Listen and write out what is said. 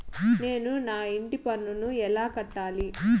నేను నా ఇంటి పన్నును ఎలా కట్టాలి?